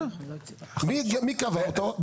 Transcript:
מי קבע אותו?